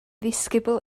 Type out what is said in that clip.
ddisgybl